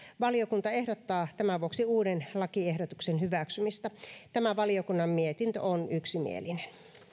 valiokunta ehdottaa tämän vuoksi uuden lakiehdotuksen hyväksymistä tämä valiokunnan mietintö on yksimielinen